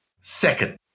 second